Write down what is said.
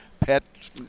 pet